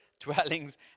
dwellings